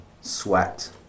Sweat